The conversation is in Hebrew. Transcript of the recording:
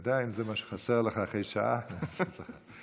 אם זה מה שחסר לך אחרי שעה, אני אוסיף לך.